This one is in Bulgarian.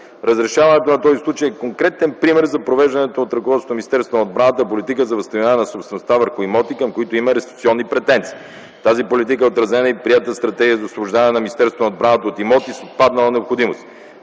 Разрешаването на този случай е конкретен пример за провежданата от ръководството на Министерството на отбраната политика за възстановяване на собствеността върху имоти, към които има реституционни претенции. Тази политика е отразена и приета със Стратегията за освобождаване на Министерството на отбраната от имоти с отпаднала необходимост.